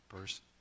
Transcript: person